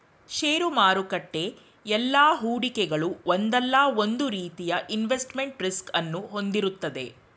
ಷೇರು ಮಾರುಕಟ್ಟೆ ಎಲ್ಲಾ ಹೂಡಿಕೆಗಳು ಒಂದಲ್ಲ ಒಂದು ರೀತಿಯ ಇನ್ವೆಸ್ಟ್ಮೆಂಟ್ ರಿಸ್ಕ್ ಅನ್ನು ಹೊಂದಿರುತ್ತದೆ